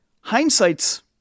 Hindsight's